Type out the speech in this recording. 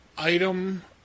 item